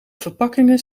verpakkingen